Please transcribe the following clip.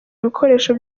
ibikoresho